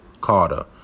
Carter